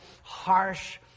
harsh